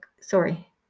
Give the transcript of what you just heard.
sorry